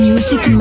Music